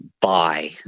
buy